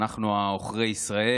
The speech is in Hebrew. אנחנו ה"עוכרי ישראל".